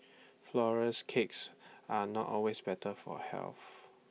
Flourless Cakes are not always better for health